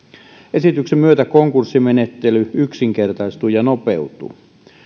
esityksen myötä konkurssimenettely yksinkertaistuu ja nopeutuu